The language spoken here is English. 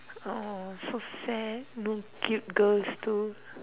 !aww! so sad no cute girls too